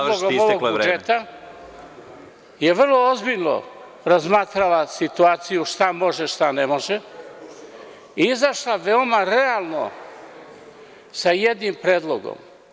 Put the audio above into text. predlogom ovog budžeta je vrlo ozbiljno razmatrala situaciju šta može, a šta ne može i izašla veoma realno sa jednim predlogom.